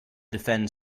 defend